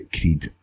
Creed